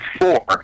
four